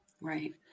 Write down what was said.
Right